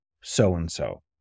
so-and-so